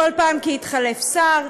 כל פעם כי התחלף שר,